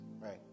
right